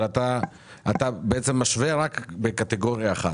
אבל אתה משווה רק בקטגוריה אחת,